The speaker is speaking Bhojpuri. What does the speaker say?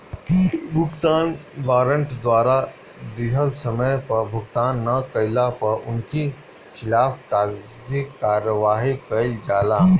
भुगतान वारंट द्वारा दिहल समय पअ भुगतान ना कइला पअ उनकी खिलाफ़ कागजी कार्यवाही कईल जाला